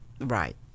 Right